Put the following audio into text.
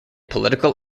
political